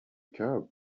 curd